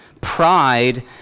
Pride